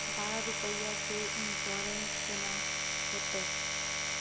बारह रुपिया के इन्सुरेंस केना होतै?